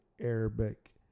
Arabic